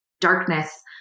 darkness